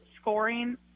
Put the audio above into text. scoring